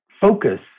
focus